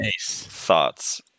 thoughts